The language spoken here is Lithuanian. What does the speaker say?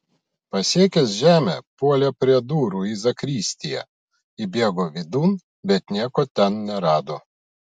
pasiekęs žemę puolė prie durų į zakristiją įbėgo vidun bet nieko ten nerado